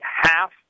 half